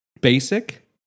basic